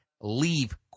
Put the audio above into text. leave